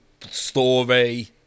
story